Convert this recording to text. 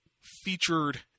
featured